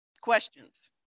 Questions